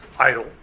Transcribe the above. idle